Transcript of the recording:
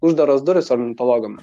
uždaros durys ornitologam